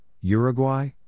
Uruguay